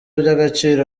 by’agaciro